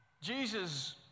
Jesus